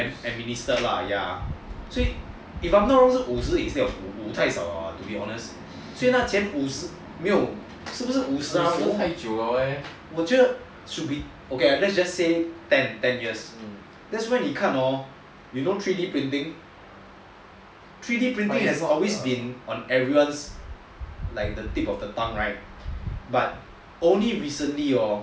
administer lah ya if I'm not wrong 是五十以下五太少了 lah to be honest so 那钱五十没有是不是五十啊我觉得 okay let's just say ten years that's why 你看 hor you know three d printing three D printing has always been everyone's like the tip of the tongue right but only recently hor